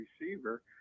receiver